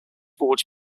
forge